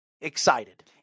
excited